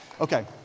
Okay